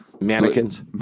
mannequins